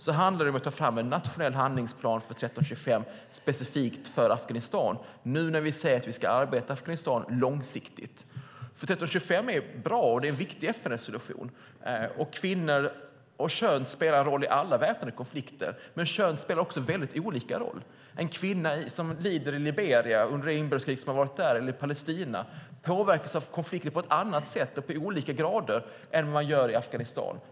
Det handlar om att ta fram en nationell handlingsplan för resolution 1325 specifikt för Afghanistan, nu när vi säger att vi ska arbeta för Afghanistan långsiktigt. Resolution 1325 är en bra och viktig FN-resolution. Kvinnor och kön spelar roll i alla väpnade konflikter, men kön spelar också väldigt olika roll. En kvinna som lider i Liberia under det inbördeskrig som har varit där eller i Palestina påverkas av konflikter på ett annat sätt och i olika grad än man gör i Afghanistan.